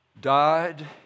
died